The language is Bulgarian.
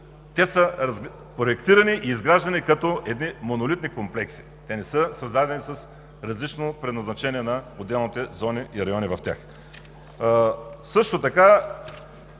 те са проектирани и изграждани като едни монолитни комплекси, те не са създадени с различно предназначение на отделните зони и райони в тях. Също така